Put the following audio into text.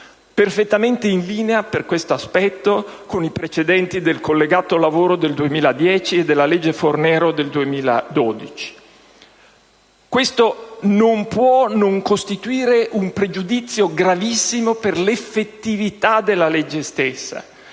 (perfettamente in linea, per questo aspetto, con i precedenti del collegato lavoro del 2010 e della legge Fornero del 2012). Questo non può non costituire un pregiudizio gravissimo per l'effettività della legge stessa.